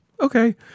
okay